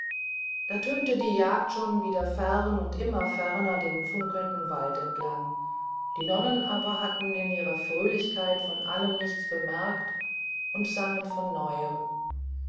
da tönte die jagd schon wieder fern und immer ferner den funkelnden wald entlang die nonnen aber hatten in ihrer fröhlichkeit von allem nichts bemerkt und sangen von neuem